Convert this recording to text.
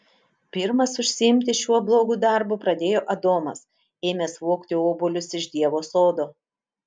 pirmas užsiimti šiuo blogu darbu pradėjo adomas ėmęs vogti obuolius iš dievo sodo